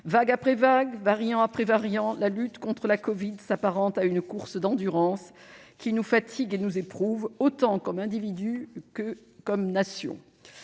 Vague après vague, variant après variant, la lutte contre la covid s'apparente à une course d'endurance, qui nous fatigue et nous éprouve, autant comme individus que comme nation.